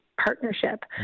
partnership